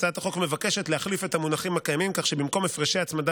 הצעת החוק מבקשת להחליף את המונחים הקיימים כך שבמקום "הפרשי הצמדה